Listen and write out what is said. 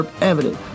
evident